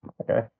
Okay